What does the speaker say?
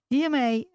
Hiermee